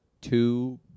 Two